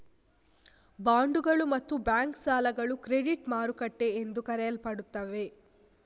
ಬಾಂಡುಗಳು ಮತ್ತು ಬ್ಯಾಂಕ್ ಸಾಲಗಳು ಕ್ರೆಡಿಟ್ ಮಾರುಕಟ್ಟೆ ಎಂದು ಕರೆಯಲ್ಪಡುತ್ತವೆ